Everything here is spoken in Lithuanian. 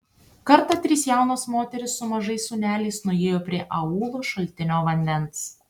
kartą trys jaunos moterys su mažais sūneliais nuėjo prie aūlo šaltinio vandens